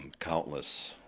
countless